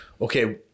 okay